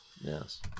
Yes